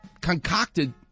concocted